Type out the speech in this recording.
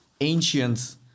ancient